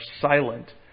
silent